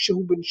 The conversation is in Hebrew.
כשהוא בן שש,